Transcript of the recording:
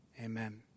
Amen